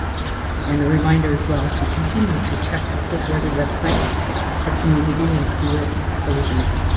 and a reminder as well to continue to check health authority websites for community and school exposures.